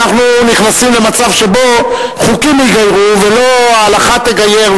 אנחנו נכנסים למצב שבו חוקים יגיירו ולא ההלכה תגייר.